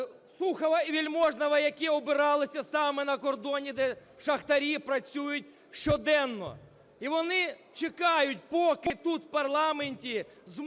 Сухова, і Вельможного, які обиралися саме на кордоні, де шахтарі працюють щоденно. І вони чекають, поки тут в парламенті змушувати